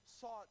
sought